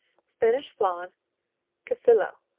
spanish flan quesillo